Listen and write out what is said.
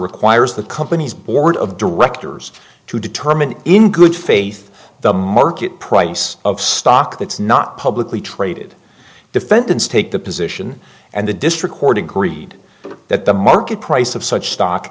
requires the company's board of directors to determine in good faith the market price of stock that's not publicly traded defendants take the position and the district court agreed that the market price of such stock